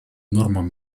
нормам